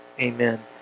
Amen